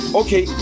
okay